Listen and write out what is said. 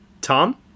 Tom